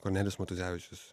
kornelijus matuzevičius